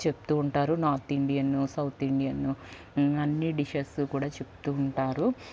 చెప్తు ఉంటారు నార్త్ ఇండియన్ను సౌత్ ఇండియన్ను అన్నీ డిషెస్సు కూడా చెప్తు ఉంటారు